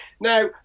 now